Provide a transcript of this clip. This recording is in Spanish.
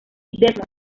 desmond